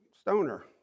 stoner